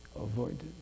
avoided